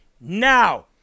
now